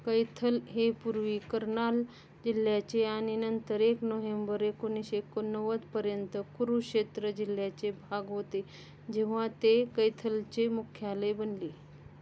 कैथल हे पूर्वी कर्नाल जिल्ह्याचे आणि नंतर एक नोहेंबर एकोणीसशे एकोणनव्वदपर्यंत कुरूक्षेत्र जिल्ह्याचे भाग होते जेव्हा ते कैथलचे मुख्यालय बनले